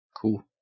Cool